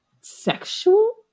sexual